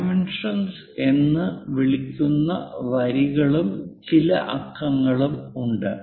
dimensions എന്ന് വിളിക്കുന്ന വരികളും ചില അക്കങ്ങളും ഉണ്ട്